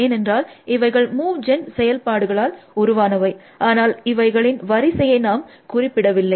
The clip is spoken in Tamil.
ஏனென்றால் இவைகள் மூவ் ஜென் செயல்பாடுகளால் உருவானவை ஆனால் அவைகளின் வரிசையை நாம் குறிப்பிடவில்லை